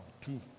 Two